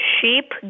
Sheep